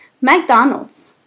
McDonald's